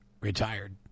retired